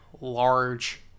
large